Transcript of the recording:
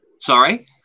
Sorry